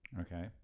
okay